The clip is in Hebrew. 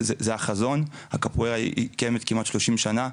זה החזון, הקפוארה קיימת כמעט 30 שנים,